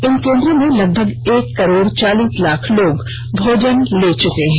इन केंद्रो में लगभग एक करोड़ चालीस लाख लोग भोजन ले चुके हैं